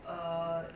err